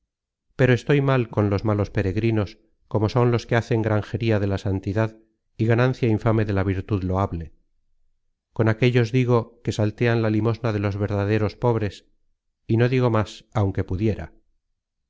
pero estoy mal con los malos peregrinos como son los que hacen granjería de la santidad y ganancia infame de la virtud loable con aquellos digo que saltean la limosna de los verdaderos pobres y no digo más aunque pudiera